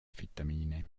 vitamine